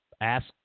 ask